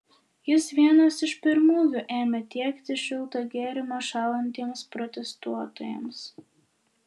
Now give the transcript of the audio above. jis vienas iš pirmųjų ėmė tiekti šiltą gėrimą šąlantiems protestuotojams